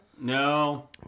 no